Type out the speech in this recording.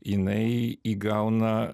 jinai įgauna